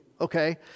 okay